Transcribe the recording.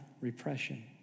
repression